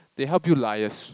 they help you liaise